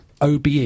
obe